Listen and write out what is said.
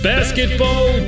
Basketball